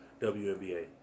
WNBA